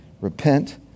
Repent